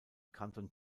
kanton